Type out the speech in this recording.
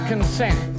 consent